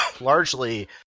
largely